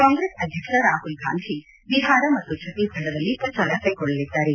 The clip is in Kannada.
ಕಾಂಗ್ರೆಸ್ ಅಧ್ಯಕ್ಷ ರಾಹುಲ್ ಗಾಂಧಿ ಬಿಹಾರ ಮತ್ತು ಛತ್ತೀಸಗಢದಲ್ಲಿ ಪ್ರಚಾರ ಕ್ಯೆಗೊಳ್ಳಲಿದ್ದಾರೆ